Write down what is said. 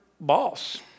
boss